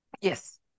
Yes